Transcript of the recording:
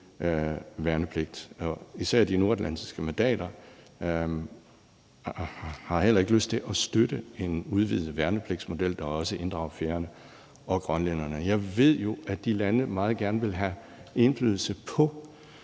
værnepligt. Især de nordatlantiske mandater har ikke lyst til at støtte en udvidet værnepligtsmodel, der også inddrager færingerne og grønlænderne. Kl. 11:11 Jeg ved jo, at de lande meget gerne vil have indflydelse på